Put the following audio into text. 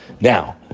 Now